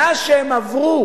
מאז שהם עברו